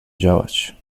działać